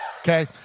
Okay